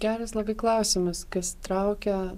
geras labai klausimas kas traukia